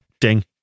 Ding